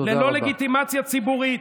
ללא לגיטימציה ציבורית.